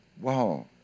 wow